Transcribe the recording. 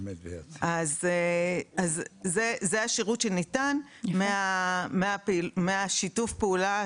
זה השירות שניתן משיתוף הפעולה,